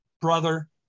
brother